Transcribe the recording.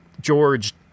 George